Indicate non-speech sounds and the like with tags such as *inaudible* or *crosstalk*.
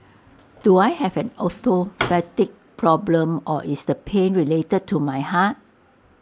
do I have an orthopaedic *noise* problem or is the pain related to my heart